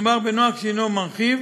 מדובר בנוהג מרחיב